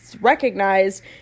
recognized